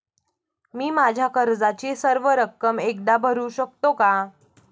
मी माझ्या कर्जाची सर्व रक्कम एकदा भरू शकतो का?